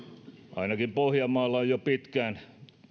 ainakin pohjanmaalla on jo pitkään